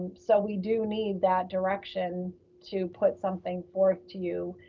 so we do need that direction to put something forth to you,